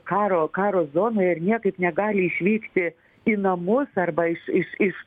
karo karo zonoj ir niekaip negali išvykti į namus arba iš iš iš